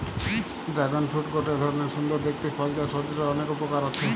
dragon fruit গটে ধরণের সুন্দর দেখতে ফল যার শরীরের অনেক উপকার আছে